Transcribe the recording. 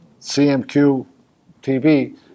CMQ-TV